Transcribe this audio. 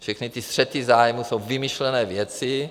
Všechny ty střety zájmů jsou vymyšlené věci.